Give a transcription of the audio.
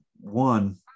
one